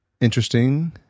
interesting